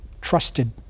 trusted